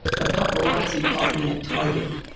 the paparazzi caught me at target.